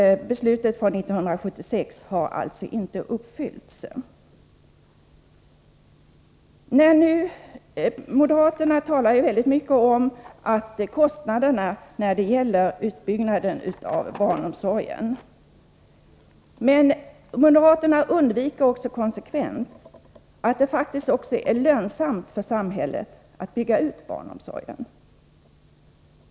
Beslutet från 1976 har inte uppfyllts. Moderaterna talar väldigt mycket om kostnaderna när det gäller utbyggnaden av barnomsorgen. Men moderaterna undviker konsekvent att tala om att det faktiskt också är lönsamt för samhället att bygga ut barnomsorgen.